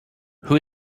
who